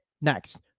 next